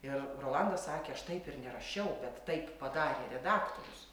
ir rolandas sakė aš taip ir nerašiau bet taip padarė redaktorius